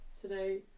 today